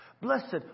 Blessed